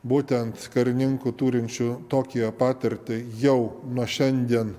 būtent karininkų turinčių tokią patirtį jau nuo šiandien